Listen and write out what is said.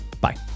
Bye